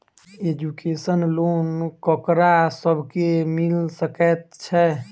Education loan ककरा सब केँ मिल सकैत छै?